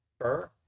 fur